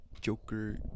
Joker